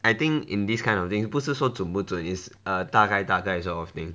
I think in this kind of thing 不是说准不准 is a 大概大概 sort of thing